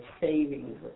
savings